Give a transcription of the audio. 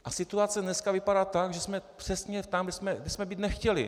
A situace dneska vypadá tak, že jsme přesně tam, kde jsme být nechtěli.